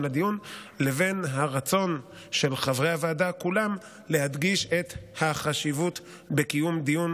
לדיון לבין הרצון של חברי הוועדה כולם להדגיש את החשיבות בקיום דיון,